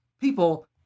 people